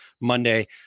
Monday